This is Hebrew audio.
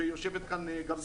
ויושבת כאן גם דליה.